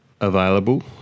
available